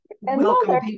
welcome